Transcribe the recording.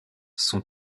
sont